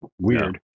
weird